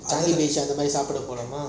அந்த மாறி சாப்பிட போலாமா:antha maari sapda polama